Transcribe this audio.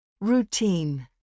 Routine